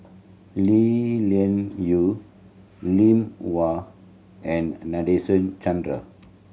Lee Lian Yiu Lim Wau and Nadasen Chandra